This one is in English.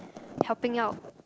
helping out